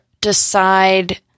decide